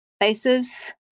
faces